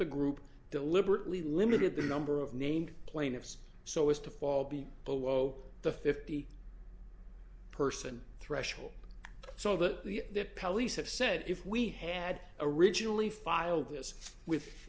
the group deliberately limited the number of named plaintiffs so as to fall be below the fifty person threshold so that the police have said if we had originally filed this with